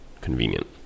convenient